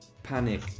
panic